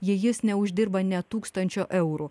jei jis neuždirba nė tūkstančio eurų